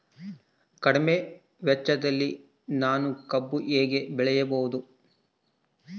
ಕಡಿಮೆ ವೆಚ್ಚದಲ್ಲಿ ನಾನು ಕಬ್ಬು ಹೇಗೆ ಬೆಳೆಯಬಹುದು?